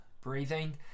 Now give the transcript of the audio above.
breathing